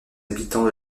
habitants